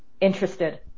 interested